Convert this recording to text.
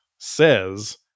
says